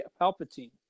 Palpatine